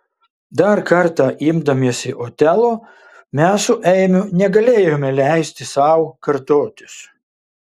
dar kartą imdamiesi otelo mes su eimiu negalėjome leisti sau kartotis